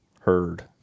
heard